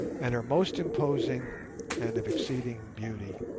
and are most imposing and of exceeding beauty.